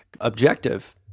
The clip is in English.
objective